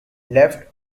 left